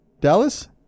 Dallas